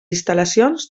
instal·lacions